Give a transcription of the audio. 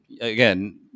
again